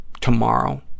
tomorrow